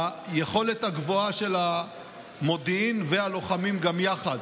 היכולת הגבוהה של המודיעין והלוחמים גם יחד,